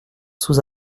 sous